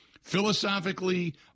Philosophically